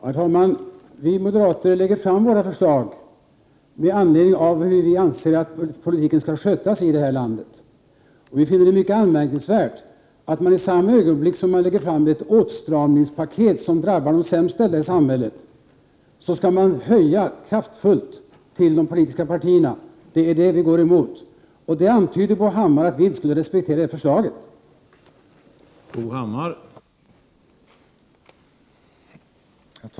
Herr talman! Vi moderater lägger fram våra förslag till hur vi anser att politiken skall skötas i det här landet. Vi finner det mycket anmärkningsvärt att i samma ögonblick som man lägger fram ett åtstramningspaket, som drabbar de sämst ställda i samhället, vill man kraftigt höja anslaget till de politiska partierna. Det är det vi går emot, och Bo Hammar antyder att vi inte skulle respektera det förslag vi har fört fram i en reservation.